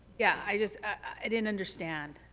yeah, i just, i didn't understand.